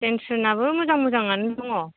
जेन्सफोरनाबो मोजां मोजाङानो दङ